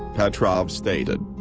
petrov stated.